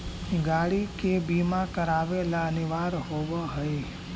गाड़ि के बीमा करावे ला अनिवार्य होवऽ हई